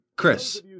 Chris